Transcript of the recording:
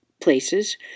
places